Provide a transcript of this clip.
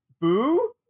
boo